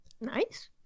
Nice